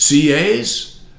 CAs